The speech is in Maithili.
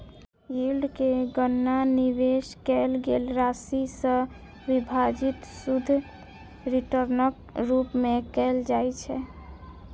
यील्ड के गणना निवेश कैल गेल राशि सं विभाजित शुद्ध रिटर्नक रूप मे कैल जाइ छै